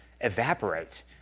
evaporate